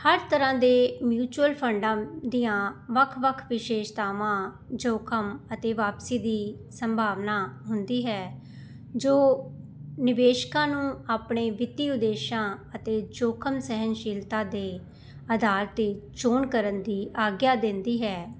ਹਰ ਤਰ੍ਹਾਂ ਦੇ ਮਿਊਚਅਲ ਫੰਡਾਂ ਦੀਆਂ ਵੱਖ ਵੱਖ ਵਿਸ਼ੇਸ਼ਤਾਵਾਂ ਜੋ ਕੰਮ ਅਤੇ ਵਾਪਸੀ ਦੀ ਸੰਭਾਵਨਾ ਹੁੰਦੀ ਹੈ ਜੋ ਨਿਵੇਸ਼ਕਾਂ ਨੂੰ ਆਪਣੇ ਵਿੱਤੀ ਉਦੇਸ਼ਾਂ ਅਤੇ ਜੋਖਮ ਸਹਿਨਸ਼ੀਲਤਾ ਦੇ ਆਧਾਰ 'ਤੇ ਚੋਣ ਕਰਨ ਦੀ ਆਗਿਆ ਦਿੰਦੀ ਹੈ